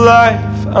life